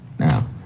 Now